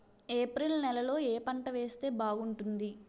April నెలలో ఏ పంట వేస్తే బాగుంటుంది?